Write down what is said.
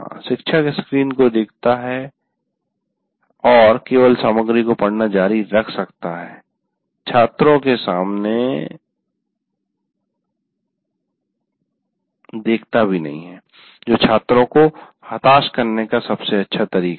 प्रशिक्षक स्क्रीन को देख सकता है और केवल सामग्री को पढ़ना जारी रख सकता है छात्रों के सामने देखता भी नहीं जो छात्रों को हताश डी मोटिवेट करने का सबसे अच्छा तरीका है